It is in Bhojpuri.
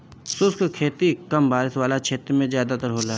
शुष्क खेती कम बारिश वाला क्षेत्र में ज़्यादातर होला